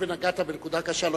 הואיל ונגעת בנקודה קשה,